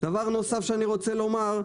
דבר נוסף שאני רוצה לומר,